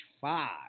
five